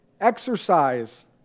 Exercise